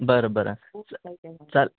बरं बरं चाल